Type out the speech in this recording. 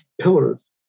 Pillars